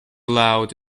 loud